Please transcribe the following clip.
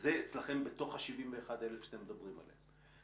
זה אצלכם בתוך ה-71,000 שאתם מדברים עליהם.